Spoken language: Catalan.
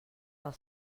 del